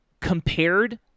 compared